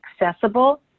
accessible